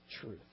truth